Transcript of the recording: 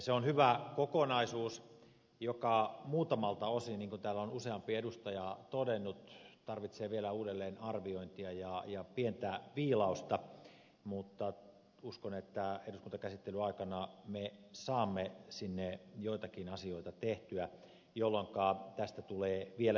se on hyvä kokonaisuus joka muutamilta osin niin kuin täällä on usea edustaja todennut tarvitsee vielä uudelleenarviointia ja pientä viilausta mutta uskon että eduskuntakäsittelyn aikana me saamme sinne joitakin asioita tehtyä jolloinka tästä tulee vielä entisestäänkin parempi